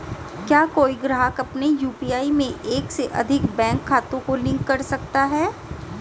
क्या कोई ग्राहक अपने यू.पी.आई में एक से अधिक बैंक खातों को लिंक कर सकता है?